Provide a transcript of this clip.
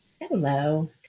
Hello